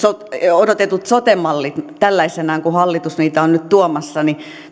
odotetut sote mallit tällaisena kuin hallitus niitä on nyt tuomassa